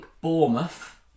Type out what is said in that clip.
Bournemouth